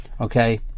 Okay